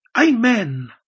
Amen